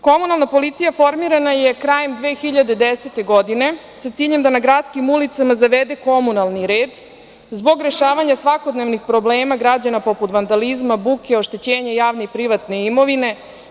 Komunalna policija formirana je krajem 2010. godine sa ciljem da na gradskim ulicama zavede komunalni red zbog rešavanja svakodnevnih problema građana, poput vandalizma, buke, oštećenja javne i privatne imovine.